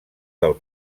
del